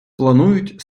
планують